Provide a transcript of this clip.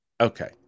Okay